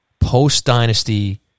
post-Dynasty